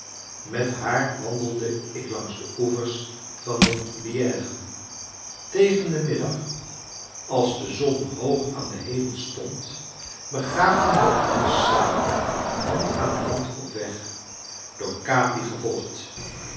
met haar wandelde ik langs de oevers van de bièvre tegen den middag als de zon hoog aan den hemel stond begaven we ons samen hand aan hand op weg door capi gevolgd